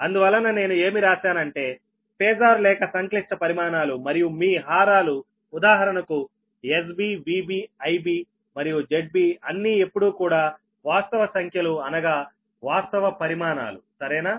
అందువలన నేను ఏమి రాశాను అంటే పేజార్ లేక సంక్లిష్ట పరిమాణాలు మరియు మీ హారాలు ఉదాహరణకు SB VB IB మరియు ZBఅన్నీ ఎప్పుడూ కూడా వాస్తవ సంఖ్యలు అనగా వాస్తవ పరిమాణాలు సరేనా